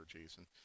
jason